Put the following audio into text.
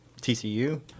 TCU